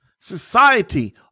society